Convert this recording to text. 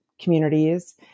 communities